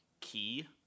key